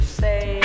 say